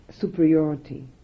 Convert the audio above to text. Superiority